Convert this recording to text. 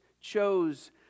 chose